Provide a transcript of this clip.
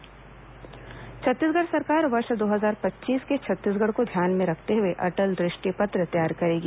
अटल दृष्टि पत्र छत्तीसगढ़ सरकार वर्ष दो हजार पच्चीस के छत्तीसगढ़ को ध्यान में रखते हुए अटल दृष्टि पत्र तैयार करेगी